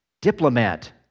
diplomat